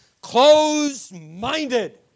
closed-minded